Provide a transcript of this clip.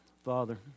Father